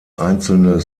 einzelne